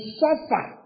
suffer